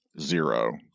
Zero